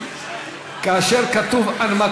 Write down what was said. אבל זה על חשבון